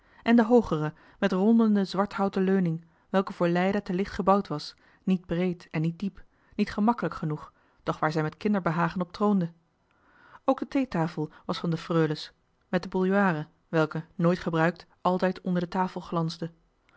en den hoogeren met rondende zwarthouten leuning welke voor leida te licht gebouwd was niet breed en niet diep niet gemak'lijk genoeg doch waar zij met kinderbehagen op troonde ook de theetafel was van de freules met de bouilloire welke nooit gebruikt altijd onder op de theetafel glansde